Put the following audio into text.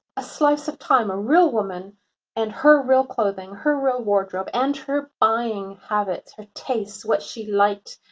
a slice of time, a real woman and her real clothing, her real wardrobe and her buying habits, her taste, what she liked,